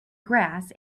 grass